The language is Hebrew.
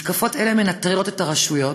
מתקפות אלה מנטרלות את הרשויות